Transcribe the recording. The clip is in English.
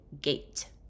gate